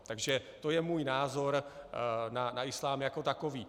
Takže to je můj názor na islám jako takový.